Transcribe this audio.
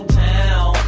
town